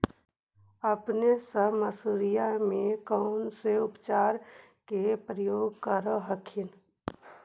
अपने सब मसुरिया मे कौन से उपचार के प्रयोग कर हखिन?